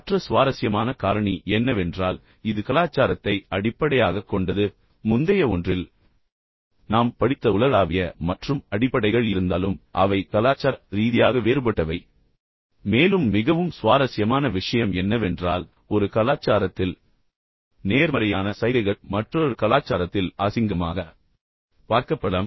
மற்ற சுவாரஸ்யமான காரணி என்னவென்றால் இது கலாச்சாரத்தை அடிப்படையாகக் கொண்டது எனவே முந்தைய ஒன்றில் நாம் படித்த உலகளாவிய மற்றும் அடிப்படைகள் இருந்தாலும் அவை கலாச்சார ரீதியாக வேறுபட்டவை என்பதையும் நினைவில் கொள்ள வேண்டும் மேலும் மிகவும் சுவாரஸ்யமான விஷயம் என்னவென்றால் ஒரு கலாச்சாரத்தில் நேர்மறையான சைகைகள் மற்றொரு கலாச்சாரத்தில் அசிங்கமாக பார்க்கப்படலாம்